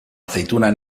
aceituna